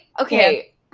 Okay